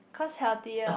cause healthier